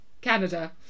Canada